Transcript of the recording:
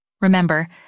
Remember